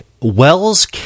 Wells